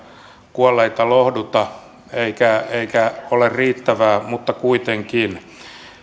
kuolleita lohduta eikä ole riittävää mutta kuitenkin